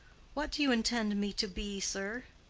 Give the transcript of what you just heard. what do you intend me to be, sir?